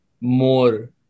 more